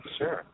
Sure